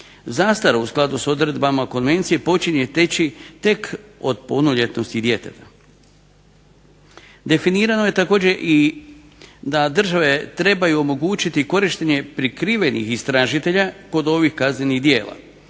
Zastara u skladu s odredbama konvencije počinje teći tek od punoljetnosti djeteta. Definirano je također da države trebaju omogućiti korištenje prikrivenih istražitelja kod ovih kaznenih djela.